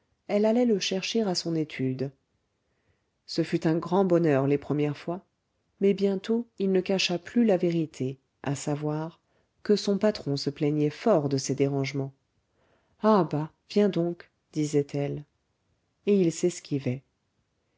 elle allait le chercher à son étude ce fut un grand bonheur les premières fois mais bientôt il ne cacha plus la vérité à savoir que son patron se plaignait fort de ces dérangements ah bah viens donc disait-elle et il s'esquivait